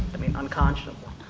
i mean, unconscionable.